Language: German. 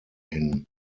hin